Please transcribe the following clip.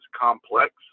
complex